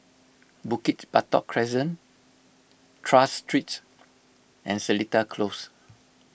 Bukit Batok Crescent Tras Street and Seletar Close